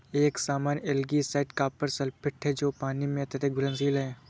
एक सामान्य algicide copper sulphate है जो पानी में अत्यधिक घुलनशील है